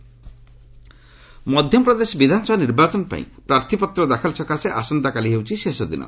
MP nomination Madhya Pradesh ବିଧାନସଭା ନିର୍ବାଚନ ପାଇଁ ପ୍ରାର୍ଥୀପତ୍ର ଦାଖଲ ସକାଶେ ଆସନ୍ତାକାଲି ହେଉଛି ଶେଷ ଦିନ